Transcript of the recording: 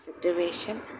situation